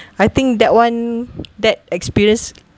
I think that [one] that experience